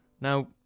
now